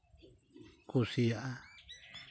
ᱠᱩᱥᱤᱭᱟᱜᱼᱟ